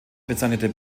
bezeichnet